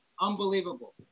unbelievable